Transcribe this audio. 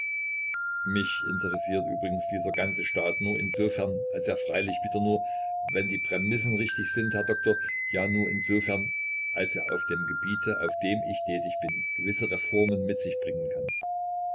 mich interessiert übrigens dieser ganze staat nur in so fern als er freilich wieder nur wenn die prämissen richtig sind herr doktor ja nur in so fern als er auf dem gebiete auf dem ich tätig bin gewisse reformen mit sich bringen kann